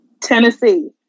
Tennessee